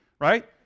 right